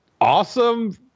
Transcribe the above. awesome